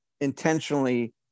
intentionally